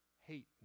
hate